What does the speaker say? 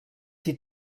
die